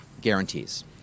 guarantees